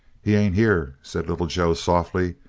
he ain't here, said little joe softly,